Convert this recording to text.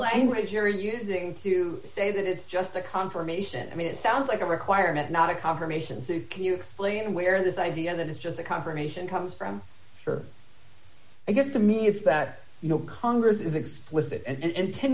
language you're using to say that it's just a confirmation i mean it sounds like a requirement not a confirmation can you explain where this idea that it's just a confirmation comes from her i guess to me it's that you know congress is explicit and in